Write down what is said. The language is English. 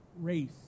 race